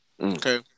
Okay